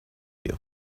you